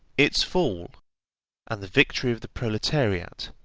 its fall and the victory of the proletariat